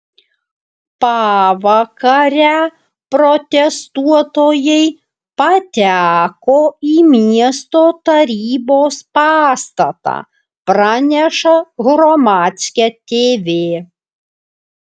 pavakarę protestuotojai pateko į miesto tarybos pastatą praneša hromadske tv